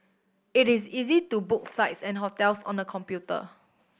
it is easy to book flights and hotels on the computer